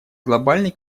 глобальный